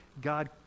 God